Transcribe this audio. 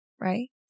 right